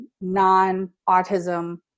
non-autism